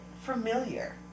familiar